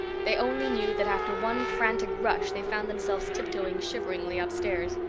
they only knew that after one frantic rush they found themselves tiptoeing shiveringly upstairs.